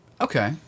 Okay